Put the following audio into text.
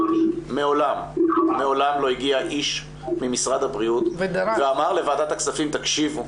מעולם לא הגיע איש ממשרד הבריאות ואמר לוועדת הכספים 'תקשיבו,